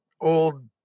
old